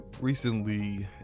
recently